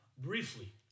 Briefly